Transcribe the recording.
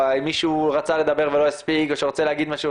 אם מישהו רצה לדבר ולא הספיק או שרצה להגיד משהו,